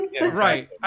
Right